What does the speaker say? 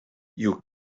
you